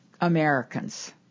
Americans